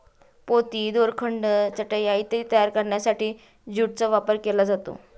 पोती, दोरखंड, चटया इत्यादी तयार करण्यासाठी ज्यूटचा वापर केला जातो